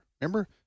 Remember